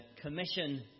commission